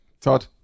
Todd